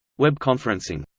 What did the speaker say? web conferencing